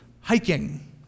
hiking